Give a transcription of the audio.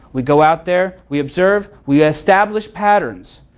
we go out there, we observe, we establish patterns.